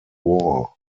war